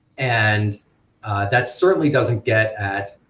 and that certainly doesn't get at,